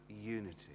unity